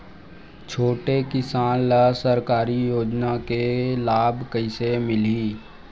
छोटे किसान ला सरकारी योजना के लाभ कइसे मिलही?